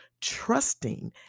trusting